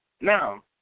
Now